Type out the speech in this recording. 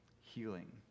healing